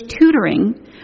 tutoring